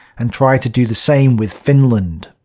and tried to do the same with finland.